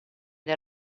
del